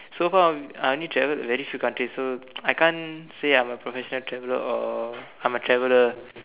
so far I only travel very few countries so I can't say I'm a professional traveller or I'm a traveller